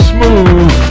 Smooth